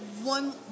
One